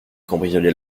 cambrioler